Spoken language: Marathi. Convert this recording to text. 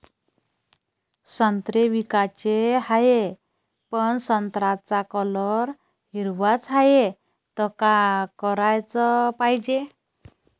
संत्रे विकाचे हाये, पन संत्र्याचा रंग हिरवाच हाये, त का कराच पायजे?